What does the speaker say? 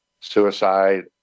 Suicide